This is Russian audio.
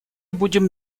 будем